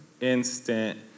instant